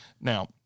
Now